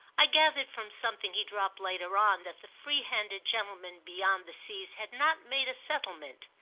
i gathered from something he dropped later on that the free-handed gentleman beyond the seas had not made a settlement,